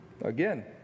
Again